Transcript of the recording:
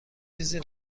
چیزی